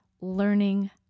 learning